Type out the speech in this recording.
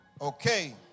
okay